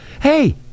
hey